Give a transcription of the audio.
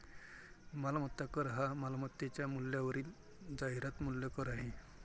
मालमत्ता कर हा मालमत्तेच्या मूल्यावरील जाहिरात मूल्य कर आहे